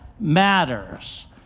matters